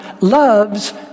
loves